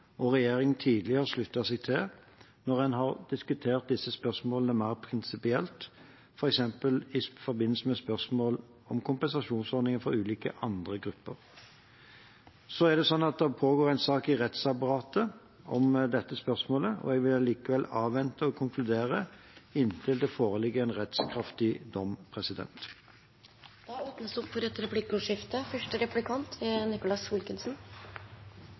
og regjering tidligere har sluttet seg til, når en har diskutert disse spørsmålene mer prinsipielt, f.eks. i forbindelse med spørsmål om kompensasjonsordninger for ulike andre grupper. Det pågår en sak i rettsapparatet om dette spørsmålet, og jeg vil avvente å konkludere inntil det foreligger en rettskraftig dom. Det blir replikkordskifte. Jeg sa det fra talerstolen, og jeg spør statsråden nå: Det er